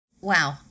Wow